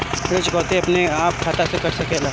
ऋण चुकौती अपने आप खाता से कट सकेला?